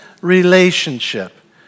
relationship